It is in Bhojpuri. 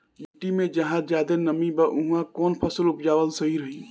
मिट्टी मे जहा जादे नमी बा उहवा कौन फसल उपजावल सही रही?